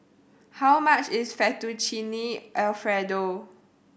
how much is Fettuccine Alfredo